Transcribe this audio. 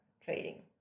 trading